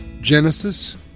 Genesis